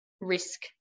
risk